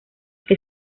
que